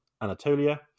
Anatolia